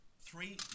three